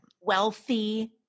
wealthy